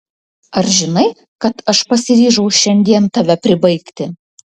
ar žinai kad aš pasiryžau šiandien tave pribaigti